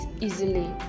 easily